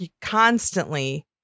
constantly